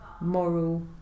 moral